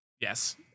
yes